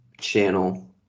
channel